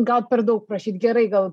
gal per daug prašyt gerai gal